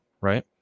right